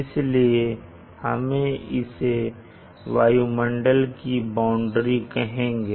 इसलिए हम इसे वायुमंडल की बाउंड्री कहेंगे